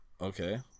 Okay